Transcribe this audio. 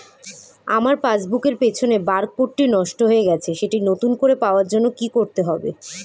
আমার পাসবুক এর পিছনে বারকোডটি নষ্ট হয়ে গেছে সেটি নতুন করে পাওয়ার জন্য কি করতে হবে?